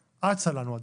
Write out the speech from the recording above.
ואצה לנו הדרך.